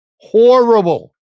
Horrible